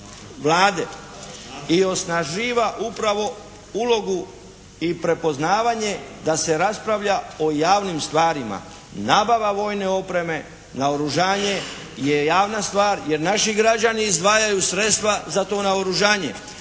i osnaživa upravo ulogu i prepoznavanje da se raspravlja o javnim stvarima. Nabava vojne opreme, naoružanje je javna stvar jer naši građani izdvajaju sredstva za to naoružanje,